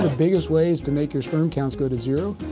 biggest ways to make your sperm counts go to zero,